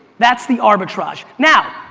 that's the arbitrage. now,